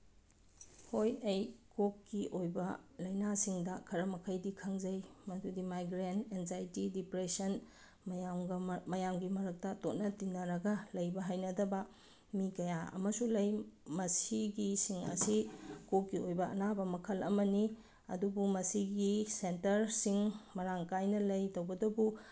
ꯍꯣꯏ ꯑꯩ ꯀꯣꯛꯀꯤ ꯑꯣꯏꯕ ꯂꯥꯏꯅꯥꯁꯤꯡꯗ ꯈꯔ ꯃꯈꯩꯗꯤ ꯈꯪꯖꯩ ꯃꯗꯨꯗꯤ ꯃꯥꯏꯒ꯭ꯔꯦꯟ ꯑꯦꯟꯖꯥꯏꯇꯤ ꯗꯤꯄ꯭ꯔꯦꯁꯟ ꯃꯌꯥꯝꯒ ꯃꯌꯥꯝꯒꯤ ꯃꯔꯛꯇ ꯇꯣꯠꯅ ꯇꯤꯟꯅꯔꯒ ꯂꯩꯕ ꯍꯩꯅꯗꯕ ꯃꯤ ꯀꯌꯥ ꯑꯃꯁꯨ ꯂꯩ ꯃꯁꯤꯒꯤꯁꯤꯡ ꯑꯁꯤ ꯀꯣꯛꯀꯤ ꯑꯣꯏꯕ ꯑꯅꯥꯕ ꯃꯈꯜ ꯑꯃꯅꯤ ꯑꯗꯨꯕꯨ ꯃꯁꯤꯒꯤ ꯁꯦꯟꯇꯔꯁꯤꯡ ꯃꯔꯥꯡ ꯀꯥꯏꯅ ꯂꯩ ꯇꯧꯕꯇꯕꯨ